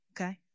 Okay